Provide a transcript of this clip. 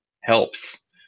helps